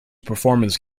performance